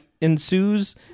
ensues